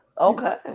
Okay